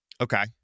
Okay